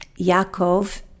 Yaakov